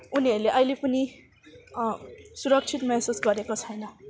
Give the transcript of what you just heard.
उनीहरूले अहिले पनि सुरक्षित महसुस गरेको छैन